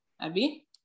Abby